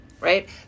right